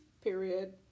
period